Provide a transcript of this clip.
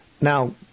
Now